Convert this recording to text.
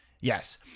Yes